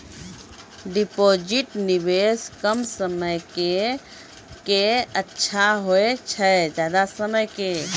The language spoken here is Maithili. डिपॉजिट निवेश कम समय के के अच्छा होय छै ज्यादा समय के?